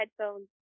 headphones